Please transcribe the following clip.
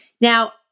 Now